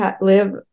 live